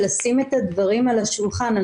ולשים את הדברים על השולחן.